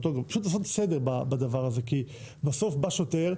פשוט לעשות סדר בדבר הזה כי בסוף בא שוטר,